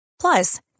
Plus